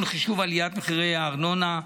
(תיקון, חישוב עליית מחירי הארנונה).